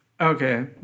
Okay